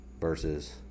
versus